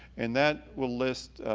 and that will list,